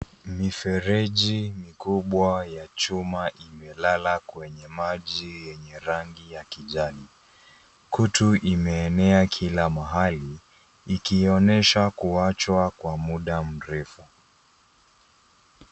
Mifereji mikubwa ya chuma imelala kwenye maji yenye rangi ya kijani. Kutu imeenea kila mahali, ikionyesha kuachwa kwa muda mrefu.